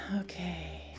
Okay